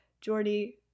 jordy